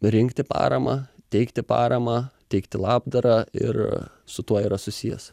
rinkti paramą teikti paramą teikti labdarą ir su tuo yra susijęs